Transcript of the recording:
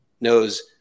knows